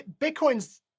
Bitcoin's